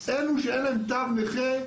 אלו שאין להם תו נכה,